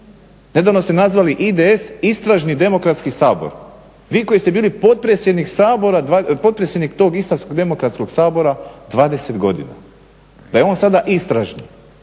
Nedavno ste nazvali IDS istražni demokratski sabor, vi koji ste bili potpredsjednik tog Istarskog demokratskog sabora 20 godina, da je on sada istražni.